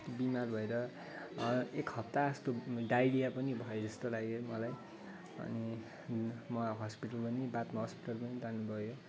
बिमार भएर एक हप्ता जस्तो डाइरिया पनि भएजस्तो लाग्यो मलाई अनि म हस्पिटल पनि बादमा हस्पिटल पनि लानुभयो हो